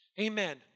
Amen